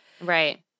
Right